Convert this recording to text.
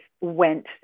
went